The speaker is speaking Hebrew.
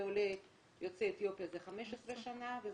לעולה יוצא אתיופיה זה 15 שנה,